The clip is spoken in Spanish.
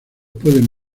pueden